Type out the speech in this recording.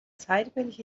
zeitweilig